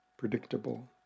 predictable